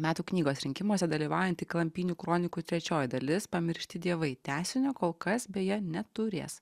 metų knygos rinkimuose dalyvaujanti klampynių kronikų trečioji dalis pamiršti dievai tęsinio kol kas beje neturės